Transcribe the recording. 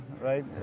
right